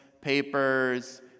papers